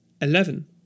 eleven